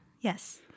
Yes